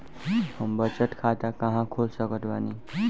हम बचत खाता कहां खोल सकत बानी?